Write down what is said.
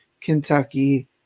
Kentucky